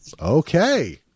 Okay